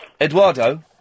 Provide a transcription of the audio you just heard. Eduardo